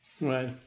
Right